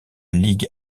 ligue